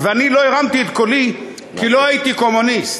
ואני לא הרמתי את קולי כי לא הייתי קומוניסט,